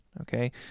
okay